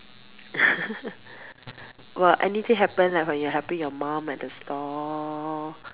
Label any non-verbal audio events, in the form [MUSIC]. [LAUGHS] well anything happen ah when you helping your mum at the store